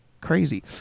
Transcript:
crazy